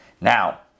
Now